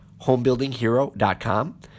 homebuildinghero.com